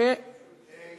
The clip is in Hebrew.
שאיננה כאן.